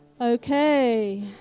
Okay